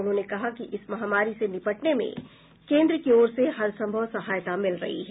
उन्होंने कहा कि इस महामारी से निपटने में केन्द्र की ओर से हरसंभव सहायता मिल रही है